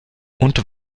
und